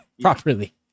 properly